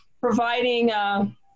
providing